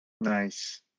Nice